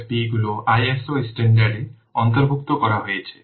এই COSMIC FFP গুলি ISO standard এ অন্তর্ভুক্ত করা হয়েছে